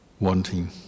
wanting